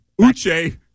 Uche